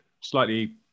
slightly